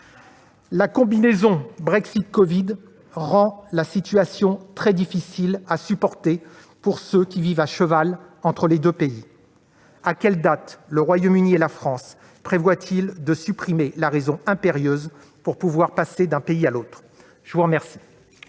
La combinaison Brexit-covid rend la situation très difficile à supporter pour ceux qui vivent à cheval entre les deux pays. À quelle date le Royaume-Uni et la France prévoient-ils de supprimer la raison impérieuse pour pouvoir passer d'un pays à l'autre ? Bravo ! La parole